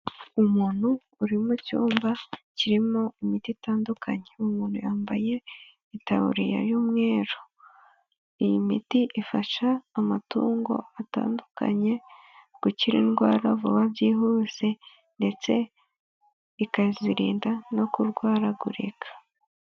Umuntu uri mu cyumba kirimo imiti itandukanye. Uwo muntu yambaye itaburiya y'umweru. Iyi miti ifasha amatungo atandukanye gukira indwara vuba byihuse ndetse ikazirinda no kurwaragurika.